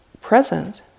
present